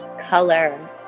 color